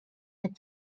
but